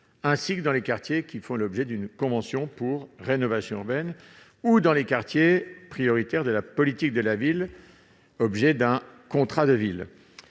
ainsi que dans les quartiers faisant l'objet d'une convention de rénovation urbaine ou dans les quartiers prioritaires de la politique de la ville faisant l'objet d'un contrat de ville.